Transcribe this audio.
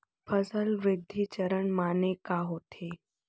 फसल वृद्धि चरण माने का होथे?